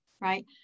right